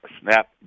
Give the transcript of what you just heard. SNAP